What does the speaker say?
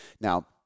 Now